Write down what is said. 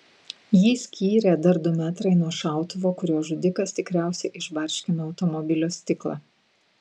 jį skyrė dar du metrai nuo šautuvo kuriuo žudikas tikriausiai išbarškino automobilio stiklą